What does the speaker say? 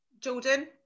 Jordan